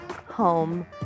home